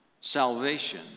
salvation